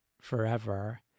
forever